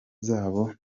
zabo